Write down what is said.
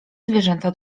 zwierzęta